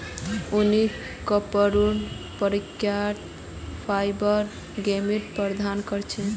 ऊनी कपराक प्राकृतिक फाइबर गर्मी प्रदान कर छेक